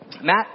Matt